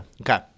Okay